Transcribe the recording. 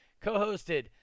co-hosted